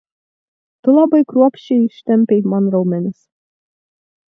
tu labai kruopščiai ištempei man raumenis